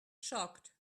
shocked